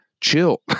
chill